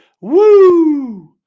Woo